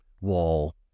wall